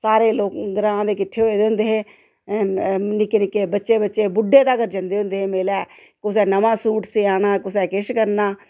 सारे लोक ग्रांऽ दे किट्ठे होऐ दे होंदे हे निक्के निक्के बच्चे बच्चे बुड्डे तगर जंदे होंदे हे मेले कुसै नमां सूट सेआना कुसै किश करना